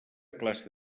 classe